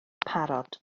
parod